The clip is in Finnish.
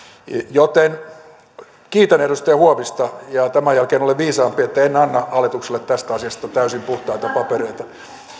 joten kiitän edustaja huovista ja tämän jälkeen olen viisaampi että en anna hallitukselle tästä asiasta täysin puhtaita papereita